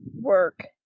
work